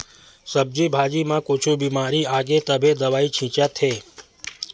सब्जी भाजी म कुछु बिमारी आगे तभे दवई छितत हे